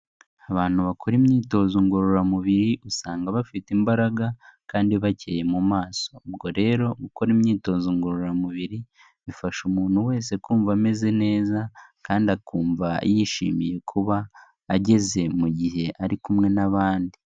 Abantu bakora imyitozo ngororamubiri usanga bafite imbaraga kandi bakeye mu maso, ubwo rero gukora imyitozo ngororamubiri bifasha umuntu wese kumva ameze neza kandi akumva yishimiye kuba ageze mu gihe ari kumwe n'abandi.